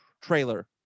trailer